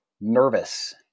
nervous